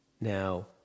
Now